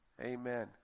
Amen